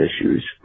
issues